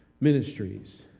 ministries